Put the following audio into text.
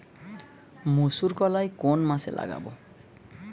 মুসুরকলাই কোন মাসে লাগাব?